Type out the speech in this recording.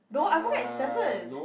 no I woke up at seven